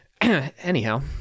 Anyhow